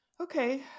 okay